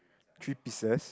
three pieces